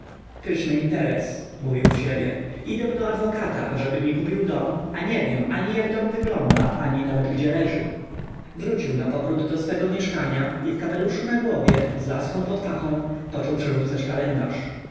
pyszny interes mówił w sobie idę do adwokata ażeby mi kupił dom a nie wiem ani jak dom wygląda ani nawet gdzie leży wrócił napowrót do swego mieszkania i w kapeluszu na głowie z laską pod pachą począł przerzucać kalendarz